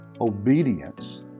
Obedience